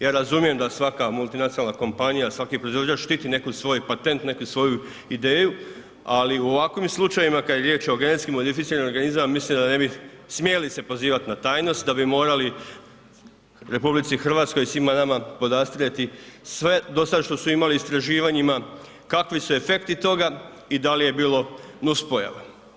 Ja razumijem da svaka multinacionalna kompanija, svaki proizvođač štiti neki svoj patent, neku svoju ideju ali u ovakvim slučajevima kad je riječ o GMO-u, mislim da ne bi smjeli se pozivati na tajnost, da bi morali RH i svima nama podastrijeti sve dosad što su imali u istraživanjima, kakvi su efekti toga i da li je bilo nuspojava.